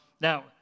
Now